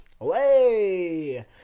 away